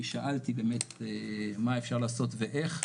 כי שאלתי באמת מה אפשר לעשות ואיך,